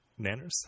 Nanners